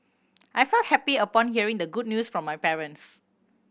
I felt happy upon hearing the good news from my parents